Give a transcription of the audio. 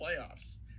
playoffs